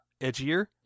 edgier